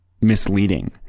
misleading